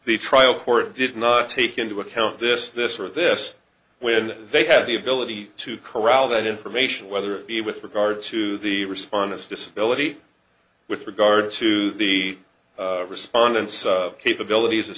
the trial court did not take into account this this or this when they had the ability to corral that information whether it be with regard to the respondents disability with regard to the respondents capabilities as